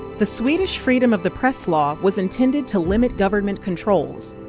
the swedish freedom of the press law was intended to limit government controls.